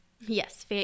Yes